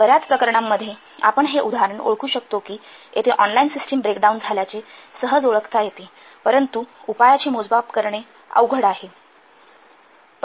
बर्याच प्रकरणांमध्ये आपण हे उदाहरण ओळखू शकतो की येथे ऑनलाइन सिस्टम ब्रेकडाउन झाल्याचे सहज ओळखता येते परंतु उपायाचे मोजमाप करणे अवघड आहे